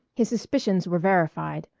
his suspicions were verified.